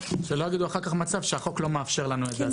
שלא יגידו אחר כך מצב שהחוק לא מאפשר לנו את זה.